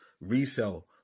resell